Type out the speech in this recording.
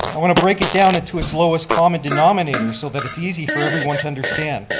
i want to break it down into its lowest common denominator so that it's easy for everyone to understand.